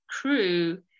crew